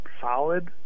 solid